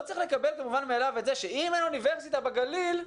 לא צריך לקבל כמובן מאליו את זה שאם אין אוניברסיטה בגליל,